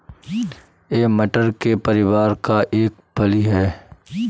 यह मटर के परिवार का एक फली है